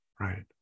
right